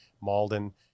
Malden